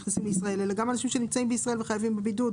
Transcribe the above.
אנשים שנמצאים בישראל שנדרשים לבידוד